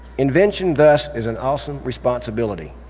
invention thus is an awesome responsibility.